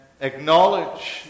acknowledge